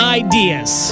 ideas